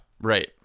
Right